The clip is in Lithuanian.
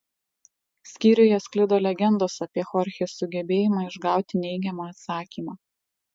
skyriuje sklido legendos apie chorchės sugebėjimą išgauti neigiamą atsakymą